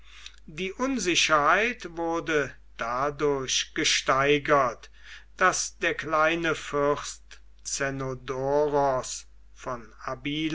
die unsicherheit wurde dadurch gesteigert daß der kleine fürst zenodoros von abila